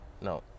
no